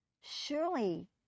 surely